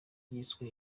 ryiswe